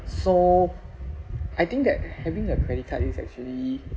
so I think that having a credit card is actually